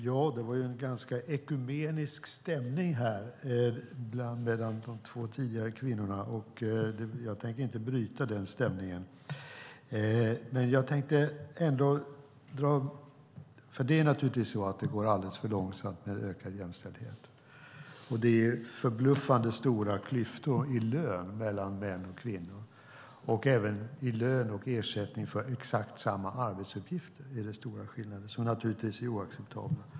Fru talman! Det verkar vara en ekumenisk stämning de två kvinnliga talarna emellan. Jag tänker inte bryta den stämningen. Naturligtvis går det alldeles för långsamt med ökad jämställdhet. Det är förbluffande stora klyftor i lön mellan män och kvinnor. Även i lön och ersättning för exakt samma arbetsuppgifter är det stora skillnader, som naturligtvis är oacceptabla.